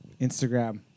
Instagram